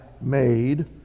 made